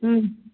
ह्म्